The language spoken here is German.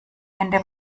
hände